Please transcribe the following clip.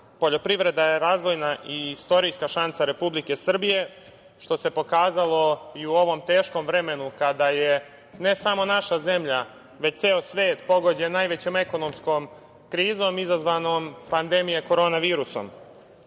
poljoprivreda je razvojna i istorijska šansa Republike Srbije, što se pokazalo i u ovom teškom vremenu kada je ne samo naša zemlja već i ceo svet pogođen najvećom ekonomskom krizom izazvanom pandemijom korona virusom. Upravo